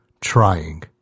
trying